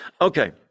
Okay